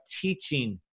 teaching